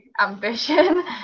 ambition